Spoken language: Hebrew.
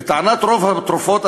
לטענת רוב המומחים,